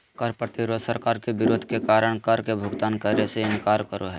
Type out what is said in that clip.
कर प्रतिरोध सरकार के विरोध के कारण कर के भुगतान करे से इनकार करो हइ